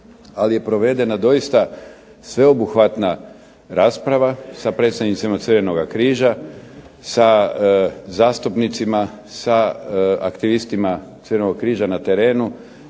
ali je provedena doista sveobuhvatna rasprava sa predstavnicima Crvenoga križa, sa zastupnicima, sa aktivistima Crvenoga križa na terenu